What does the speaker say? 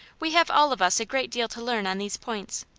we have all of us a great deal to learn on these points,